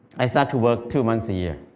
i started to work two months a year.